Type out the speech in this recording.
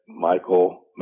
Michael